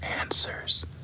answers